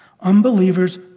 Unbelievers